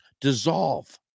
dissolve